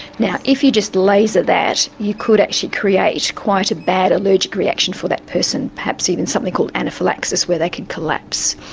now, if you just laser that you could actually create quite a bad allergic reaction for that person, perhaps even something called anaphylaxis where they could collapse.